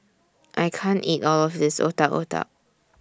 I can't eat All of This Otak Otak